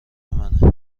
منه